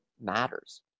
matters